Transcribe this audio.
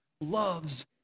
loves